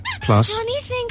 Plus